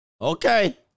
Okay